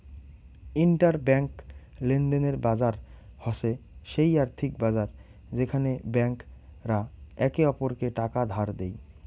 inter bank লেনদেনের বাজার হসে সেই আর্থিক বাজার যেখানে ব্যাংক রা একে অপরকে টাকা ধার দেই